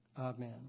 Amen